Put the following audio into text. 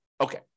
Okay